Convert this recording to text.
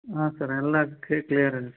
ಹಾಂ ಸರ್ ಎಲ್ಲದು ಕ್ಲಿಯರ್ ಇದೆ ಸರ್